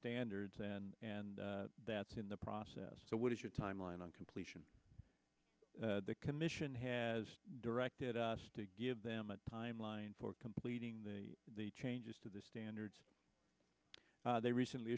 standards then and that's in the process what is your timeline on completion the commission has directed us to give them a timeline for completing the the changes to the standards they recently